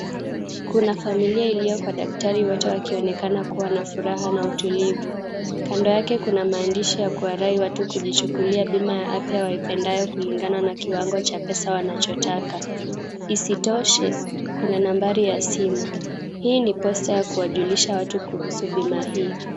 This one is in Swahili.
Kuna familia iliyo kwa daktari wote wakionekana na furaha na utulivu. Kando yake kuna maandishi ya kuwarai watu kujichukulia bima ya afya waipendayo kulingana na kiwango cha pesa wanachotaka. Isitoshe, kuna nambari ya simu. Hii ni poster ya kuwajulisha watu kuhusu bima hii.